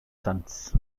sons